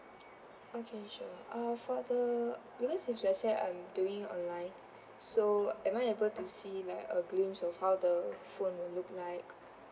okay sure uh for the because if let's say I'm doing online so am I able to see like a glimpse of how the phone will look like